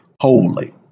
holy